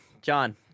John